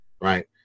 right